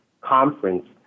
conference